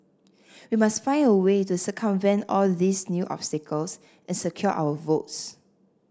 we must find a way to circumvent all these new obstacles and secure our votes